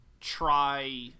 try